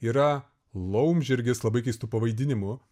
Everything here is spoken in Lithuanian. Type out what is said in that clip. yra laumžirgis labai keistu pavaidinimu